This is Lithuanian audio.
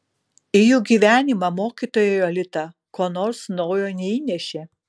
į jų gyvenimą mokytoja jolita ko nors naujo neįnešė